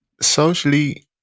socially